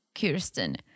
Kirsten